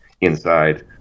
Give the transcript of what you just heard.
inside